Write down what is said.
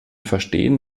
verstehen